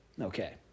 Okay